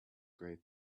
great